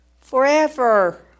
forever